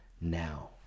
now